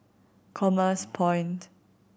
Commerce Point